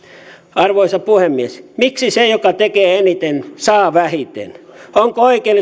arvoisa puhemies miksi se joka tekee eniten saa vähiten onko oikein